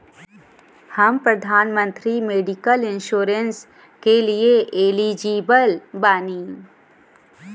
हम प्रधानमंत्री medical insurance के लिए एलिजिबल बानी?